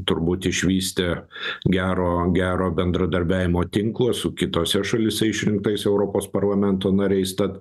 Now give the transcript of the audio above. turbūt išvystę gero gero bendradarbiavimo tinklo su kitose šalyse išrinktais europos parlamento nariais tad